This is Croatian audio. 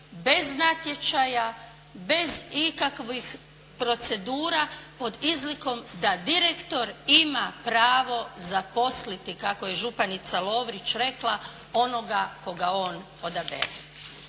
bez natječaja, bez ikakvih procedura pod izlikom da direktor ima pravo zaposliti, kako je županica Lovrić rekla, onoga koga on odabere.